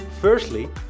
Firstly